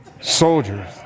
Soldiers